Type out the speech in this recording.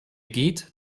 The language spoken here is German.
geht